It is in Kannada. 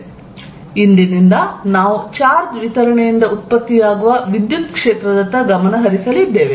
ಆದ್ದರಿಂದ ಇಂದಿನಿಂದ ನಾವು ಚಾರ್ಜ್ ವಿತರಣೆಯಿಂದ ಉತ್ಪತ್ತಿಯಾಗುವ ವಿದ್ಯುತ್ ಕ್ಷೇತ್ರದತ್ತ ಗಮನ ಹರಿಸಲಿದ್ದೇವೆ